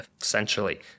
essentially